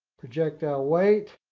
projectile weight.